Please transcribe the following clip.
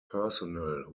personnel